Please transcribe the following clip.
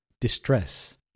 distress